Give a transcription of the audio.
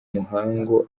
muhangu